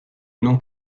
non